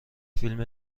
فیلم